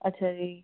ਅੱਛਾ ਜੀ